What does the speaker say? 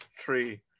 three